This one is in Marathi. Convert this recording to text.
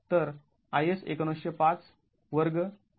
तर IS १९०५ वर्ग ३